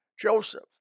Joseph